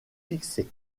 fixées